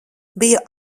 bija